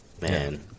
Man